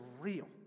real